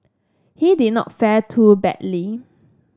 he did not fare too badly